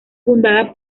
fundada